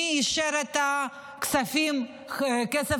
מי אישר את הכסף לחמאס,